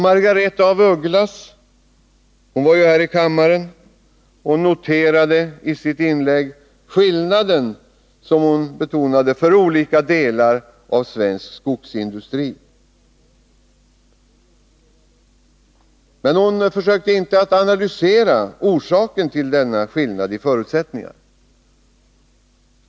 Margaretha af Ugglas betonade i sitt inlägg här i kammaren skillnaden i förutsättningar mellan olika delar av svensk skogsindustri. Men hon försökte inte analysera orsaken till denna skillnad.